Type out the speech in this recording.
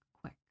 quick